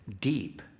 deep